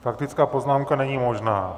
Faktická poznámka není možná.